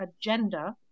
Agenda